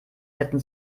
hätten